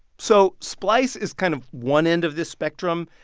so splice is kind of one end of this spectrum.